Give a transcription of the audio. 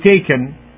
taken